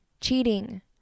cheating